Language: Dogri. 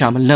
शामल न